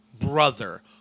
brother